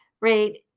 right